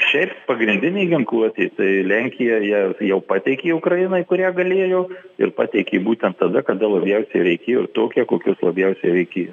šiaip pagrindinė ginkluotė lenkija ją jau pateikė ukrainai kurią galėjo ir pateikė būtent tada kada labiausiai reikėjo ir tokią kokios labiausiai reikėjo